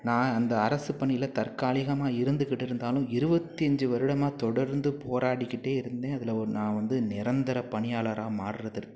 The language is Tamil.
நான் அந்த அரசுப்பணியில் தற்காலிகமாக இருந்துக்கிட்டு இருந்தாலும் இருபத்தஞ்சு வருடமாக தொடர்ந்து போராடிக்கிட்டே இருந்தேன் இதில் நான் வந்து நிரந்தர பணியாளராக மாறுவதற்கு